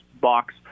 box